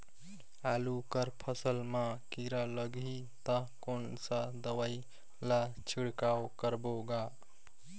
आलू कर फसल मा कीरा लगही ता कौन सा दवाई ला छिड़काव करबो गा?